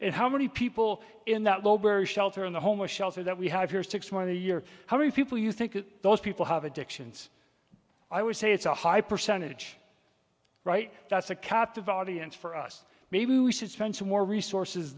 and how many people in that low very shelter in the homeless shelter that we have here six months a year how many people you think that those people have addictions i would say it's a high percentage right that's a captive audience for us maybe we should send some more resources